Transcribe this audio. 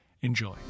enjoy